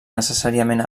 necessàriament